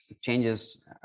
changes